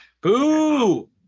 Boo